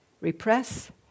repress